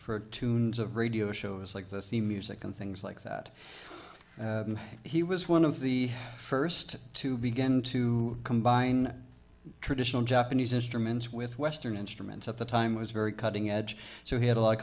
for tunes of radio shows like this the music and things like that he was one of the first to begin to combine traditional japanese instruments with western instruments at the time was very cutting edge so he had a lot of